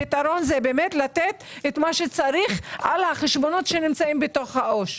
הפתרון זה באמת לתת את מה שצריך על החשבונות שנמצאים בתוך העו"ש.